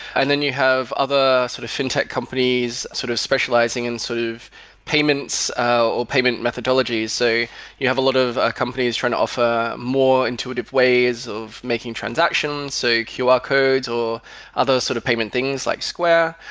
and then you have other sort of fintech companies sort of specializing in and sort of payments or payment methodologies. so you have a lot of ah companies trying to offer more intuitive ways of making transactions. so qr codes or others sort of payment things, like square.